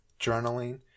journaling